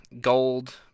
gold